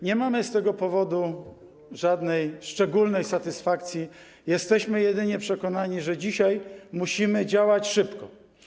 Nie mamy z tego powodu żadnej szczególnej satysfakcji, jesteśmy jedynie przekonani, że dzisiaj musimy działać szybko.